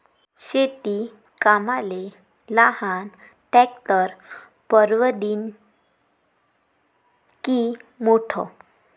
शेती कामाले लहान ट्रॅक्टर परवडीनं की मोठं?